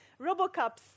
RoboCups